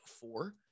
four